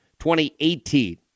2018